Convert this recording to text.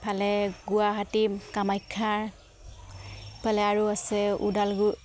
এফালে গুৱাহাটী কামাখ্যাৰফালে আৰু আছে ওদালগুৰি